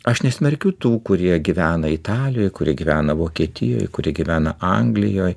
aš nesmerkiu tų kurie gyvena italijoj kurie gyvena vokietijoj kurie gyvena anglijoj